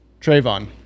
Trayvon